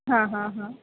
હ હ હ